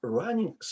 running